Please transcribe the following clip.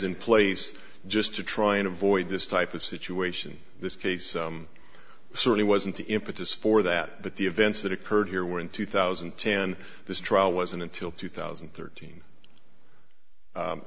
in place just to try and avoid this type of situation this case certainly wasn't the impetus for that but the events that occurred here were in two thousand and ten this trial wasn't until two thousand and thirteen